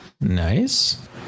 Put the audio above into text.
Nice